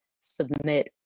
submit